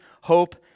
hope